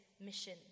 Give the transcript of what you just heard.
mission